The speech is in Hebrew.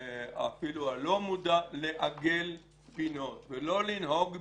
אפילו הלא-מודע, לעגל פינות ולא לנהוג בדיוק,